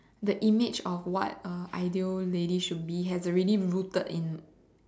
the image of what a ideal ladies should be has already been rooted in